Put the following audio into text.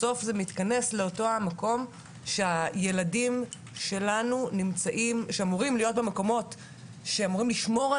בסוף זה מתכנס לאותו מקום שהילדים שלנו נמצאים במקום לא בטוח.